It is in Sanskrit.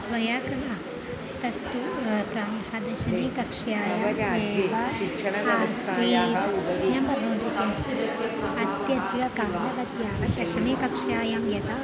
त्वया कला तत्तु प्रायः दशमकक्ष्यायाम् एव आसीत् अत्यधिककालवत्याः दशमकक्ष्यायां यदा